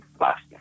last